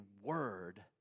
word